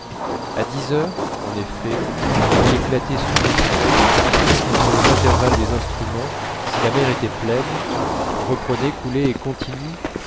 à dix heures en effet il éclatait sous mes fenêtres entre les intervalles des instruments si la mer était pleine reprenait coulé et continu